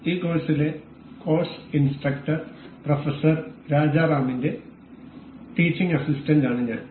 ഈ കോഴ്സിലെ course instructor professor രാജാറാമിന്റെ ടീച്ചിംഗ് അസിസ്റ്റന്റാണ് ഞാൻ